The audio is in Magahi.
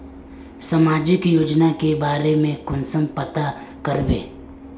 सामाजिक योजना के बारे में कुंसम पता करबे?